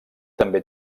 també